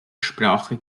sprache